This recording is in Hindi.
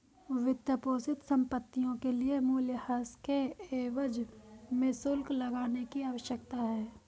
वित्तपोषित संपत्तियों के लिए मूल्यह्रास के एवज में शुल्क लगाने की आवश्यकता है